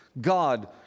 God